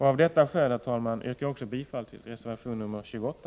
Av detta skäl yrkar jag även bifall till reservation nr 28.